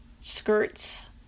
skirts